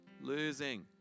losing